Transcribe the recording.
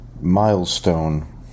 milestone